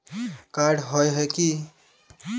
Card होय है की?